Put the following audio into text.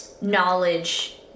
knowledge